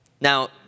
Now